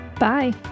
Bye